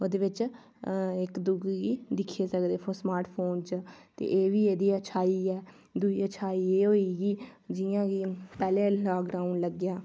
ओह्दे विच्च अऽ इक दूए गी दिक्खी सकदे स्मार्ट फोन च ते एह् बी एह्दी अच्छाई ऐ दूई अच्छाई एह् होई कि जि'यां कि पैह्ले लॉक डॉउन लग्गेआ